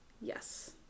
yes